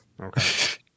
Okay